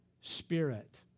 spirit